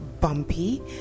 bumpy